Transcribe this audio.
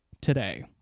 today